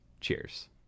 cheers